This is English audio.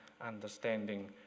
understanding